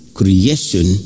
creation